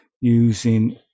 Using